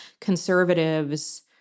conservatives